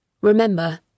Remember